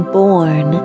born